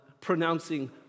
pronouncing